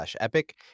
epic